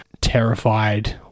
terrified